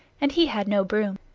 and he had no broom.